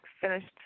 finished